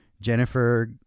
jennifer